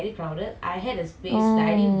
I mean I had space also lah